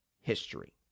history